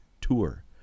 tour